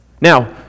Now